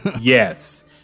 yes